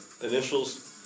Initials